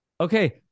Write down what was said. Okay